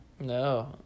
No